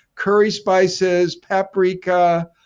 curry spices, paprika,